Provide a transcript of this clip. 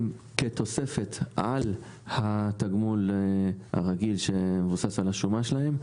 כתוספת על התגמול הרגיל שמבוסס על השומה שלהם.